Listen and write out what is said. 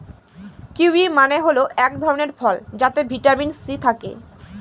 kiwi মানে হল এক ধরনের ফল যাতে ভিটামিন সি থাকে